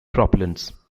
propellants